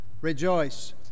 Rejoice